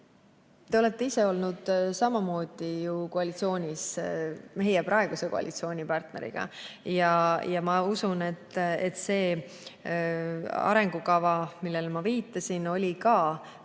te olete ise samamoodi koalitsioonis olnud meie praeguse koalitsioonipartneriga. Ma usun, et see arengukava, millele ma viitasin, oli